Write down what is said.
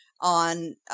on